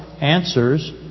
answers